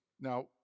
Now